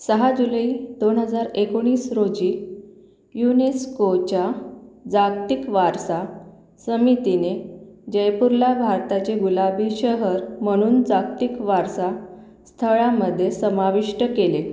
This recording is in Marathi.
सहा जुलै दोन हजार एकोणीस रोजी यूनेस्कोच्या जागतिक वारसा समितीने जयपूरला भारताचे गुलाबी शहर म्हणून जागतिक वारसास्थळांमध्ये समाविष्ट केले